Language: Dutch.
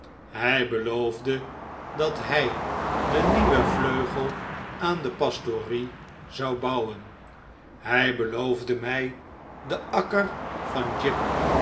hij beloofde dat hij den nieuwen vleugel aan de pastorie zou bouwen hij beloofde mij den akker van jibb